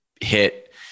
hit